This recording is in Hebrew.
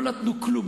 לא נתנו כלום.